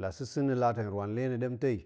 la sa̱-sa̱ na̱ lat, hen rwan le na̱ ɗemtei